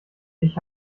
ich